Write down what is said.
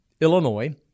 Illinois